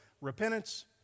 Repentance